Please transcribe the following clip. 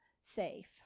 safe